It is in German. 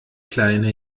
kleine